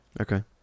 Okay